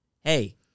hey